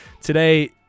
Today